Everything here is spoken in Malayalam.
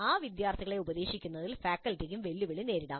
ആ വിദ്യാർത്ഥികളെ ഉപദേശിക്കുന്നതിൽ ഫാക്കൽറ്റിക്കും വെല്ലുവിളി നേരിടാം